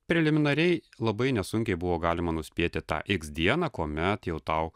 preliminariai labai nesunkiai buvo galima nuspėti tą iks dieną kuomet jau tau